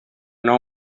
nou